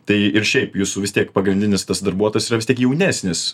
tai ir šiaip jūsų vis tiek pagrindinis tas darbuotojas yra vis tiek jaunesnis